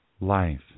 life